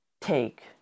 Take